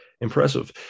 impressive